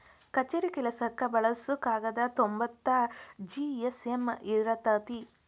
ಕಛೇರಿ ಕೆಲಸಕ್ಕ ಬಳಸು ಕಾಗದಾ ತೊಂಬತ್ತ ಜಿ.ಎಸ್.ಎಮ್ ಇರತತಿ